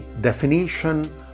definition